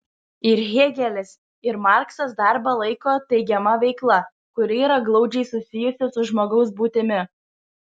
ir hėgelis ir marksas darbą laiko teigiama veikla kuri yra glaudžiai susijusi su žmogaus būtimi